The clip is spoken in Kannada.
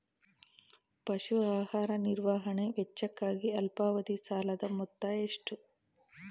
ಪಶು ಆಹಾರ ನಿರ್ವಹಣೆ ವೆಚ್ಚಕ್ಕಾಗಿ ಅಲ್ಪಾವಧಿ ಸಾಲದ ಮೊತ್ತ ಎಷ್ಟು?